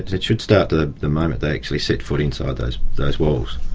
it should start the the moment they actually set foot inside those those walls,